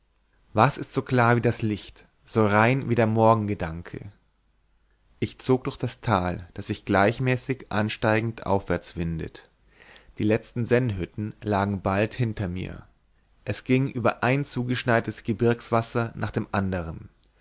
was ist so klar wie das licht so rein wie der morgengedanke ich zog durch das tal das sich gleichmäßig ansteigend aufwärts windet die letzten sennhütten lagen bald hinter mir es ging über ein zugeschneites gebirgswasser nach dem andern